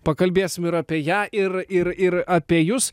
pakalbėsim ir apie ją ir ir ir apie jus